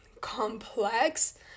complex